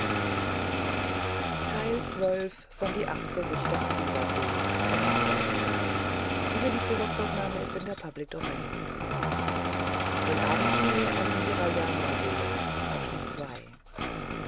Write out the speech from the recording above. den abendschnee am hirayama